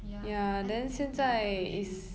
ya I think ya up to three